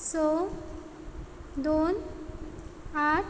स दोन आठ